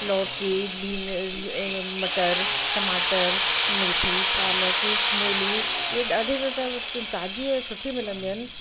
लौकी भीन मटर टमाटर मैथी पालक मूली ईअं ॾाढियूं न त ताज़ी ऐं सुठी मिलंदियूं आहिनि